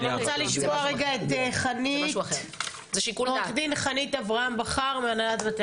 אני רוצה לשמוע את עורכת הדין חנית אברהם בכר מהנהלת בתי